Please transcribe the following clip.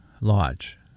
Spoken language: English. Lodge